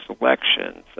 elections